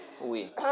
Oui